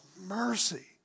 mercy